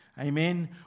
Amen